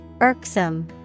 Irksome